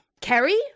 Kerry